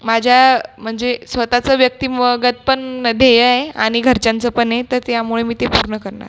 माझ्या म्हणजे स्वत चं व्यक्तिगत पण ध्येय आहे आणि घरच्यांचं पण आहे तर त्यामुळे ते मी पूर्ण करणार